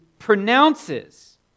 pronounces